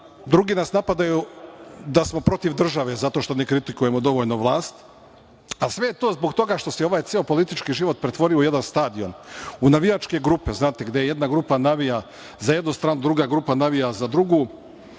Drugi nas napadaju da smo protiv države, zato što ne kritikujemo dovoljno vlast. Sve je to zbog toga što se ovaj ceo politički život pretvorio u jedan stadion, u navijačke grupe, znate, gde jedna grupa navija za jednu stranu, druga grupa navija za drugu